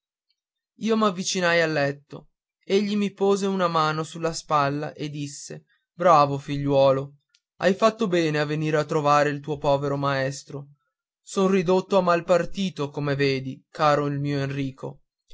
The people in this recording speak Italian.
enrico io m'avvicinai al letto egli mi pose una mano sulla spalla e disse bravo figliuolo hai fatto bene a venir a trovare il tuo povero maestro son ridotto a mal partito come vedi caro il mio enrico